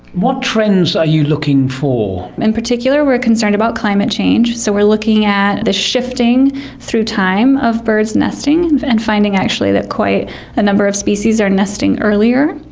what trends are you looking for? in particular we're concerned about climate change, so we're looking at the shifting through time of birds nesting, and finding actually that quite a number of species are nesting earlier,